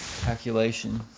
calculation